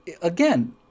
Again